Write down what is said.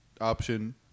option